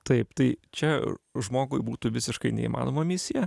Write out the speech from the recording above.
taip tai čia žmogui būtų visiškai neįmanoma misija